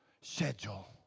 Schedule